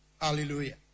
Hallelujah